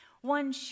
One